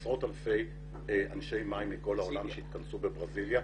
עשרות אלפי אנשי מים מכל העולם שהתכנסו בברזיליה.